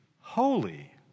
holy